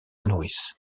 nourrissent